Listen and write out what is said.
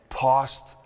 past